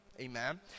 amen